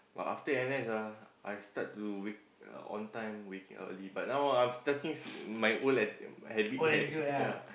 but after N_S ah I start to wake on time waking up early but now I'm starting my old attitude habit back yea